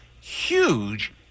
huge